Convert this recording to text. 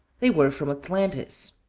they were from atlantis.